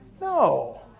No